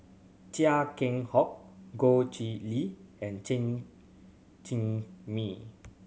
Chia Keng Hock Goh Chiew Lye and Chen Cheng Mei